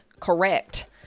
correct